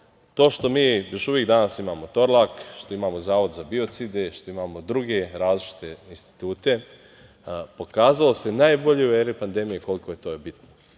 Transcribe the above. To što mi još uvek danas imamo Torlak, što imamo Zavod za biocide, što imamo druge različite institute, pokazalo se najbolje u eri pandemije koliko je to bitno.